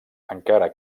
encara